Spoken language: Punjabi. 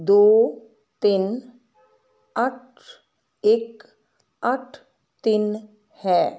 ਦੋ ਤਿੰਨ ਅੱਠ ਇੱਕ ਅੱਠ ਤਿੰਨ ਹੈ